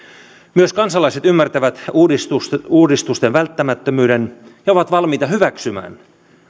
myös kansalaiset ymmärtävät uudistusten uudistusten välttämättömyyden ja ovat valmiita hyväksymään